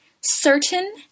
certain